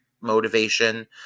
motivation